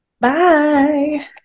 Bye